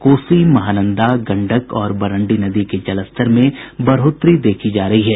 कोसी महानंदा गंगा और बरंडी नदी के जलस्तर में बढ़ोतरी देखी जा रही है